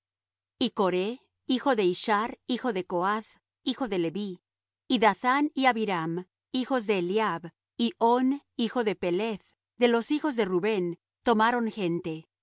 y coré hijo de ishar hijo de coath hijo de leví y dathán y abiram hijos de eliab y hon hijo de peleth de los hijos de rubén tomaron gente y